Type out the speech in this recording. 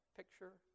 picture